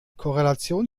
korrelation